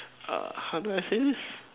err how do I say this